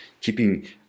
keeping